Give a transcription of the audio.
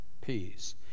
peace